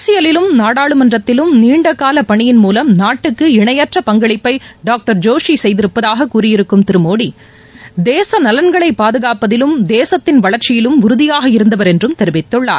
அரசியலிலும் நாடாளுமன்றத்திலும் நீண்டகால பணியின்மூலம் நாட்டுக்கு இணையற்ற பங்களிப்பை டாக்டர் ஜோஷி செய்திருப்பதாக கூறியிருக்கும் திரு மோடி தேசநலன்களை பாதுகாப்பதிலும் தேசத்தின் வளர்ச்சியிலும் உறுதியுடன் இருந்தவர் என்றும் தெரிவித்துள்ளார்